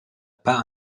pas